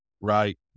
right